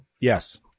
Yes